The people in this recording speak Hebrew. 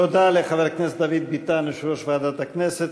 תודה לחבר הכנסת דוד ביטן, יושב-ראש ועדת הכנסת.